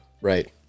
right